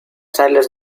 salas